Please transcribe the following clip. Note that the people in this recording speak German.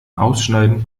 ausschneiden